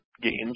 games